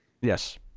Yes